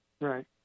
Right